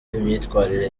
imyitwarire